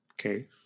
Okay